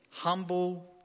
humble